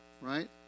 Right